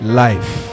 life